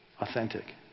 authentic